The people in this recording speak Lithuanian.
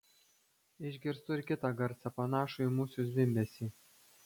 išgirstu ir kitą garsą panašų į musių zvimbesį